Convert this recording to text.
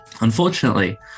Unfortunately